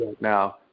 now